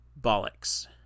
bollocks